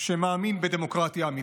שמאמין בדמוקרטיה אמיתית.